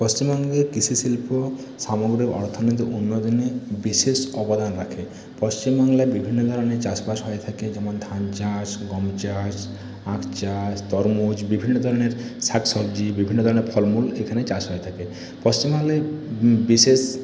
পশ্চিমবঙ্গে কৃষিশিল্প বিশেষ অবদান রাখে পশ্চিমবাংলার বিভিন্ন ধরণের চাষ বাস হয়ে থাকে যেমন ধান চাষ গম চাষ আখ চাষ তরমুজ বিভিন্ন ধরণের শাক সবজি বিভিন্ন ধরণের ফল মূল এখানে চাষ হয়ে থাকে পশ্চিমবাংলায় বিশেষ